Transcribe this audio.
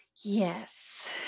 yes